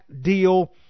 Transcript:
deal